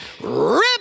Rip